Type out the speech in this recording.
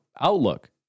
outlook